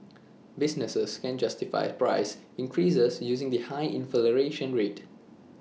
businesses can justify price increases using the high inflation rate